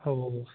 ഓഹ്